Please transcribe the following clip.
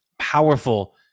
powerful